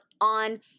on